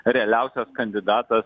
realiausias kandidatas